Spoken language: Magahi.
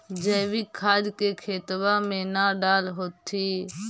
जैवीक खाद के खेतबा मे न डाल होथिं?